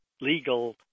legal